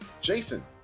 Jason